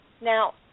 Now